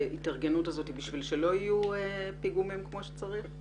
ההתארגנות הזו היא בשביל שלא יהיו פיגומים כמו שצריך?